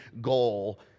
goal